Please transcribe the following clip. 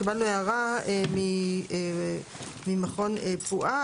קיבלנו הערה ממכון פוע"ה,